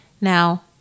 Now